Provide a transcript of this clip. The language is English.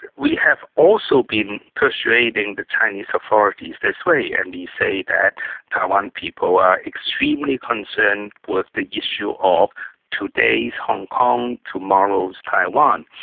we have also been persuading the chinese authorities this way and we say that taiwan people are extremely concerned with the issue of today's hong kong, tomorrow's taiwan.